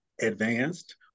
advanced